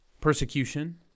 persecution